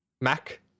Mac